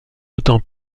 autant